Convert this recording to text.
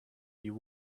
you